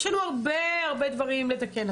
יש לנו הרבה דברים לתקן,